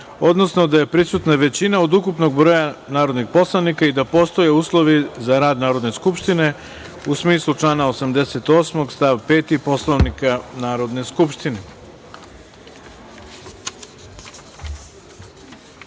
odnosno da je prisutna većina od ukupnog broja narodnih poslanika i da postoje uslovi za rad Narodne skupštine, u smislu člana 88. stav. 5. Poslovnika Narodne skupštine. Na